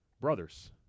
brothers